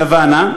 סוואנה,